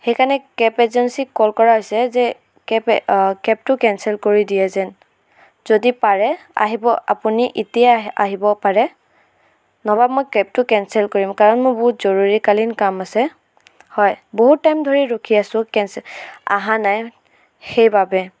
সেইকাৰণে কেব এজেঞ্চিক কল কৰা হৈছে যে কেব কেবটো কেনচেল কৰি দিয়ে যেন যদি পাৰে আহিব আপুনি এতিয়াই আহিব পাৰে নহ'বা মই কেবটো কেনচেল কৰিম কাৰণ মোৰ বহুত জৰুৰীকালীন কাম আছে হয় বহুত টাইম ধৰি ৰখি আছো কেনচেল অহা নাই সেইবাবে